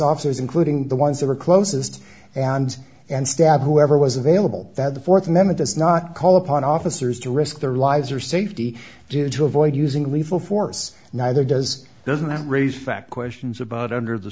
officers including the ones that are closest and and stab whoever was available that the fourth amendment does not call upon officers to risk their lives or safety due to avoid using lethal force neither does doesn't that raise fact questions about under the